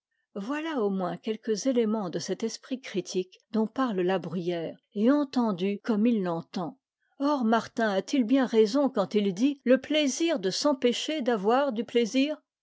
voilà au moins quelques éléments de cet esprit critique dont parle la bruyère et entendu comme il l'entend or martin a-t-il bien raison quand il dit le plaisir de s'empêcher d'avoir du plaisir